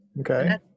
Okay